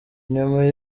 nyuma